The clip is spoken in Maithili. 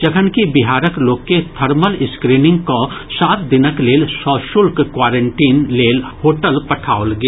जखनकि बिहारक लोक के थर्मल स्क्रीनिंग कऽ सात दिनक लेल सशुल्क क्वारंटीन लेल होटल पठाओल गेल